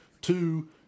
Two